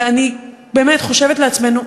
ואני באמת חושבת לעצמי,